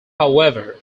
however